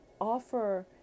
offer